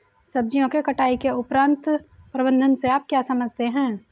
सब्जियों के कटाई उपरांत प्रबंधन से आप क्या समझते हैं?